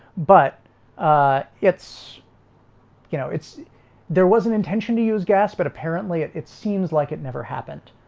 but, ah it's you know, it's there was an intention to use gas. but apparently it it seems like it never happened.